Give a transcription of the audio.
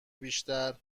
بیشتر